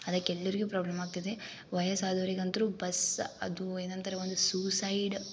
ಅದಕ್ಕೆ ಎಲ್ಲರಿಗು ಪ್ರಾಬ್ಲಮ್ ಆಗ್ತಿದೆ ವಯಸ್ಸು ಆದವ್ರಿಗೆ ಅಂತು ಬಸ್ ಅದು ಏನಂತಾರೆ ಒಂದು ಸುಸೈಡ್